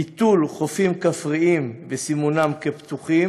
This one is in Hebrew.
ביטול חופים כפריים וסימונם כפתוחים,